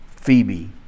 Phoebe